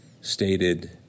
stated